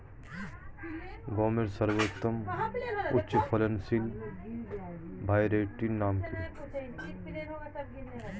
গমের সর্বোত্তম উচ্চফলনশীল ভ্যারাইটি নাম কি?